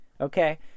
Okay